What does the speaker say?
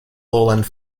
lowland